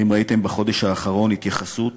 האם ראיתם בחודש האחרון התייחסות